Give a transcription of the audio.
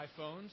iPhones